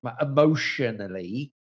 emotionally